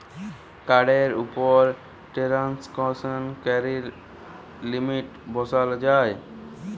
কাড়ের উপর টেরাল্সাকশন ক্যরার লিমিট বসাল যায়